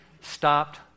stopped